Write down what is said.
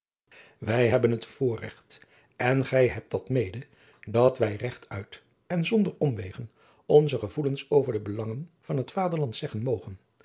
wij hebben het voorregt en gij hebt dat mede dat wij regtuit en zonder omwegen onze gevoelens over de belangen van het vaderland zeggen mogen